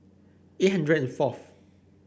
eight hundred and forth